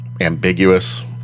ambiguous